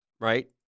right